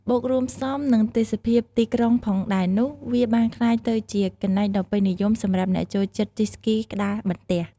បូករួមផ្សំ និងទេសភាពទីក្រុងផងដែរនោះ វាបានក្លាយទៅជាកន្លែងដ៏ពេញនិយមសម្រាប់អ្នកចូលចិត្តជិះស្គីក្ដារបន្ទះ។